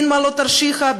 דין מעלות-תרשיחא,